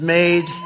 made